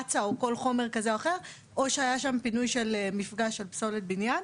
מצ"א או כל משהו אחר או שהיה שם פינוי של מפגע של פסולת בניין.